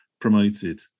promoted